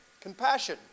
compassion